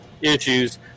issues